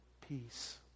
peace